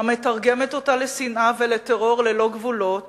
ומתרגמת אותה לשנאה ולטרור ללא גבולות